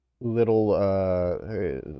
little